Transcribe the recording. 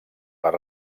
per